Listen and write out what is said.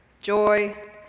joy